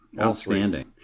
Outstanding